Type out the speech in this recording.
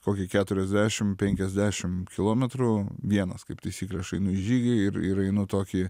kokį keturiasdešim penkiasdešim kilometrų vienas kaip taisyklė aš einu į žygį ir ir einu tokį